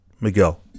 Miguel